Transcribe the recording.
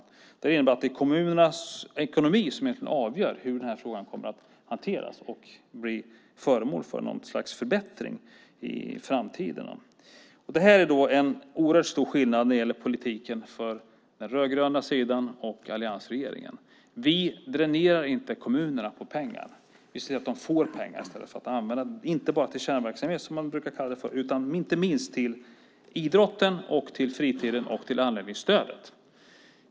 Det innebär att det är kommunernas ekonomi som egentligen avgör hur frågan kommer att hanteras och bli föremål för ett slags förbättring i framtiden. Det är oerhört stor skillnad mellan politiken på den rödgröna sidan och alliansregeringens politik. Vi dränerar inte kommunerna på pengar. Vi ser i stället till att de får pengar att använda inte bara till kärnverksamhet som man brukar säga utan också och inte minst till idrotten, fritiden och anläggningsstödet.